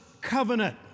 covenant